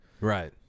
right